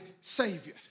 savior